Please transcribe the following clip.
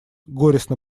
горестно